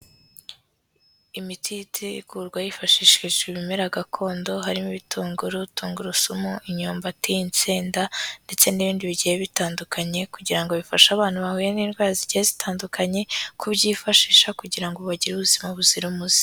Imiti itegurwa hifashishijwe ibimera gakondo, harimo ibitunguru, tungurusumu, imyumbati, insenda ndetse n'ibindi bigiye bitandukanye kugira ngo bifashe abana bahuye n'indwara zigiye zitandukanye, kubyifashisha kugira ngo bagire ubuzima buzira umuze.